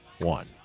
One